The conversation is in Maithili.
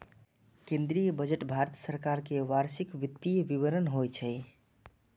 केंद्रीय बजट भारत सरकार के वार्षिक वित्तीय विवरण होइ छै